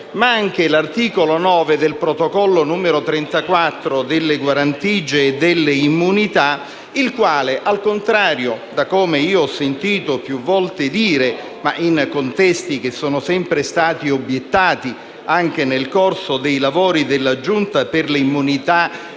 ma anche l'articolo 9 del protocollo n. 34 delle guarentigie e delle immunità il cui testo, al contrario di ciò che ho sentito più volte dire in contesti che sono sempre stati obiettati anche nel corso dei lavori della Giunta delle elezioni